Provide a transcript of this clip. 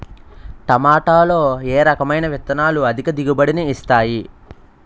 టమాటాలో ఏ రకమైన విత్తనాలు అధిక దిగుబడిని ఇస్తాయి